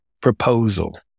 proposal